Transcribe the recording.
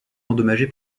endommagée